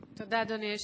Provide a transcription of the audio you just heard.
תודה, אדוני היושב-ראש.